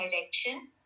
direction